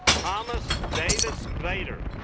thomas davis vader